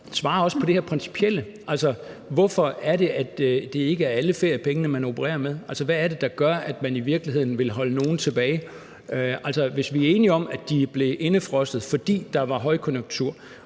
svare på det her principielle om, hvorfor det ikke er alle feriepengene, man opererer med. Altså, hvad er det, der gør, at man i virkeligheden vil holde nogle tilbage? Hvis vi er enige om, at de blev indefrosset, fordi der var højkonjunktur